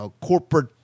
corporate